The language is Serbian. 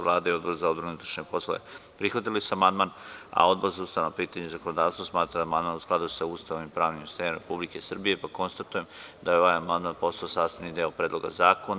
Vlada i Odbor za odbranu i unutrašnje poslove prihvatili su amandman, a Odbor za ustavna pitanja i zakonodavstvo smatra da je amandman u skladu sa Ustavom i pravnim sistemom Republike Srbije, pa konstatujem da je ovaj amandman postao sastavni deo Predloga zakona.